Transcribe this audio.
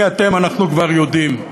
מי אתם אנחנו כבר יודעים.